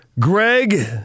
Greg